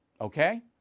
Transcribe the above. Okay